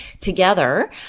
together